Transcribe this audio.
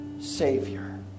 Savior